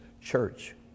church